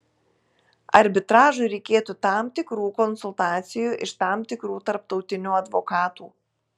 arbitražui reikėtų tam tikrų konsultacijų iš tam tikrų tarptautinių advokatų